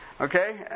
Okay